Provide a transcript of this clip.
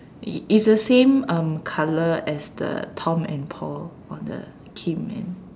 it it's the same um colour as the Tom and Paul on the theme and